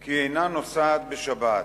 כי אינה נוסעת בשבת.